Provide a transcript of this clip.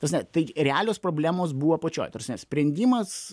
ta prasme tai realios problemos buvo pačioj ta prasme sprendimas